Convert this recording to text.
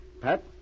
Pat